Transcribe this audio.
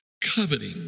Coveting